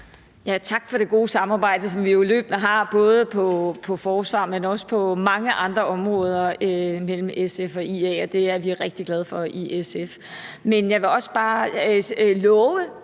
Tak for det gode samarbejde, som vi jo løbende har, både hvad angår forsvar, men også på mange andre områder, mellem SF og IA; det er vi rigtig glade for i SF. Men jeg vil også bare love,